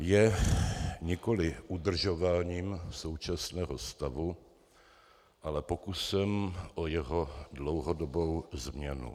Je nikoli udržováním současného stavu, ale pokusem o jeho dlouhodobou změnu.